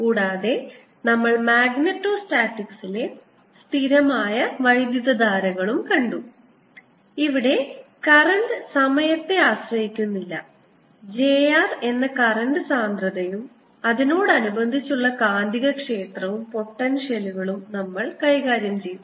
കൂടാതെ നമ്മൾ മാഗ്നെറ്റോസ്റ്റാറ്റിക്സ്സിലെ സ്ഥിരമായ വൈദ്യുതധാരകൾ കണ്ടു ഇവിടെ കറൻറ് സമയത്തെ ആശ്രയിക്കുന്നില്ല j r എന്ന കറൻറ് സാന്ദ്രതയും അതിനോട് അനുബന്ധിച്ചുള്ള കാന്തികക്ഷേത്രവും വെക്റ്റർ പൊട്ടൻഷ്യലുകളും നമ്മൾ കൈകാര്യം ചെയ്തു